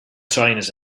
trainers